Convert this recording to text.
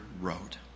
wrote